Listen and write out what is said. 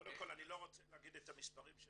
קודם כל אני לא רוצה להגיד את המספרים של